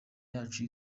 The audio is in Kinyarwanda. yacu